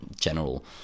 general